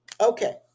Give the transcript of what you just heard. Okay